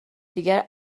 دیگر